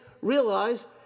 realize